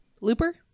Looper